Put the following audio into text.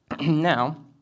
Now